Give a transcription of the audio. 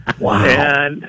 Wow